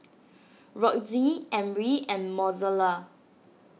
Roxie Emry and Mozella